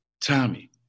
Tommy